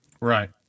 Right